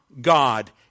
God